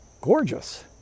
gorgeous